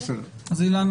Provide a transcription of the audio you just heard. אילנה,